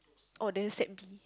oh then set B